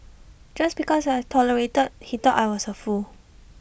just because I tolerated he thought I was A fool